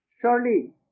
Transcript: surely